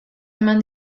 eman